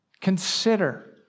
Consider